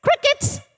crickets